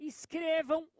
Escrevam